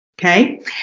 Okay